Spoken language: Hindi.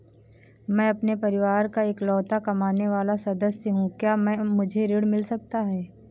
मैं अपने परिवार का इकलौता कमाने वाला सदस्य हूँ क्या मुझे ऋण मिल सकता है?